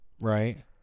Right